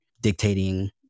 dictating